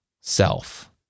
self